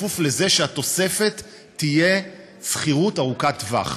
כפוף לזה שהתוספת תהיה לשכירות ארוכת טווח.